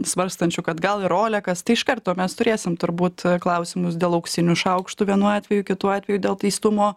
svarstančių kad gal ir olekas tai iš karto mes turėsim turbūt klausimus dėl auksinių šaukštų vienu atveju kitu atveju dėl teistumo